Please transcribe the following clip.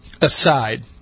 aside